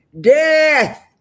death